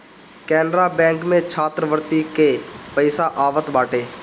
Canara bank में छात्रवृत्ति के पईसा आवत बाटे